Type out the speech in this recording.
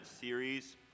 series